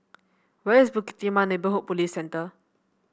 where is Bukit Timah Neighbourhood Police Centre